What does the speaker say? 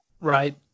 Right